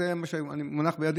צירפנו את מה שמונח בידי.